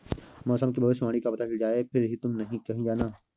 मौसम की भविष्यवाणी का पता चल जाए फिर ही तुम कहीं जाना